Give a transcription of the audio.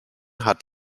hat